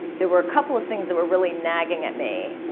there were a couple of things that were really nagging at me.